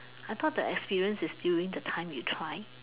I thought the experience is during the time you try